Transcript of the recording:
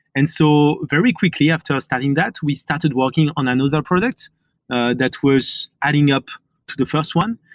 and so very quickly after starting that, we started working on another product that was adding up to the first one,